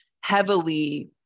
heavily